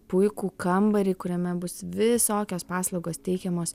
puikų kambarį kuriame bus visokios paslaugos teikiamos